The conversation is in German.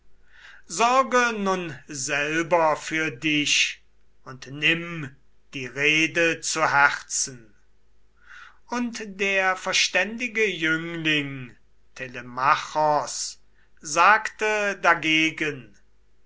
sorge nun selber für dich und nimm die rede zu herzen und der verständige jüngling telemachos sagte da